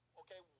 okay